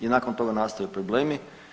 I nakon toga nastaju problemi.